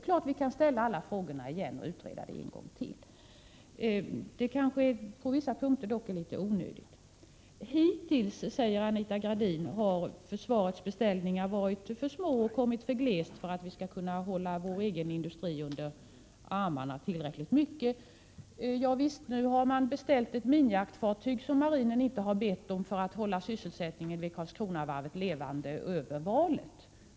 Självfallet kan vi ställa alla frågorna igen och utreda dem ännu en gång, men det är kanske ändå på vissa punkter litet onödigt. Hittills, säger Anita Gradin, har försvarets beställningar varit för små och kommit för glest för att vi skall kunna hålla vår egen industri under armarna tillräckligt mycket. Ja, nu har man beställt ett minijaktfartyg, som marinen inte har bett om, för att hålla sysselsättningen vid Karlskronavarvet levande över valet.